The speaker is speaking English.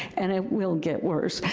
and it will get worse,